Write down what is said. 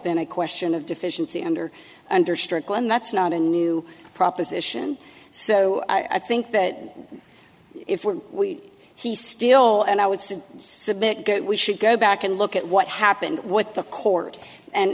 been a question of deficiency under under strickland that's not a new proposition so i think that if we're we he still and i would say submit get we should go back and look at what happened with the court and